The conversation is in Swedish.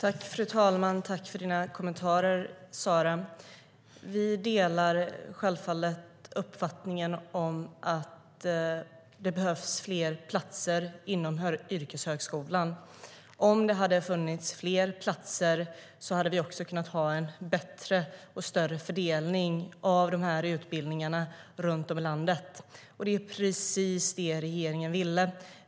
Fru talman! Tack, Sara Karlsson, för dina kommentarer! Vi delar självfallet uppfattningen att det behövs fler platser inom yrkeshögskolan. Om det hade funnits fler platser hade vi kunnat ha en bättre och större fördelning av utbildningarna runt om i landet. Det är precis vad regeringen ville.